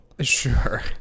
Sure